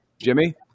Jimmy